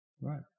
Right